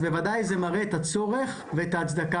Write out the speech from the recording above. אז בוודאי זה מראה את הצורך ואת ההצדקה